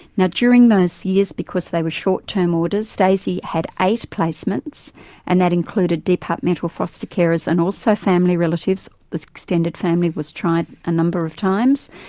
now, during those years, because they were short-term orders, daisy had eight placements and that included departmental foster carers and also family relatives, the extended family was tried a number of times,